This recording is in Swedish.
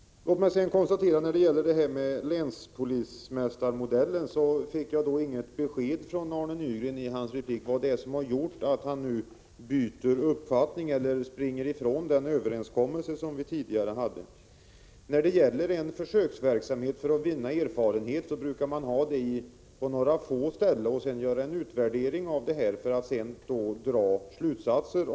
När det gäller länspolismästarmodellen fick jag inget besked från Arne Nygren om vad det är som har gjort att han nu bytt uppfattning och springer ifrån den tidigare överenskommelsen. Försöksverksamhet för att vinna erfarenhet brukar man ha på några få ställen och sedan göra en utvärdering av den och dra slutsatser.